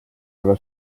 aga